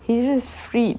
he is freed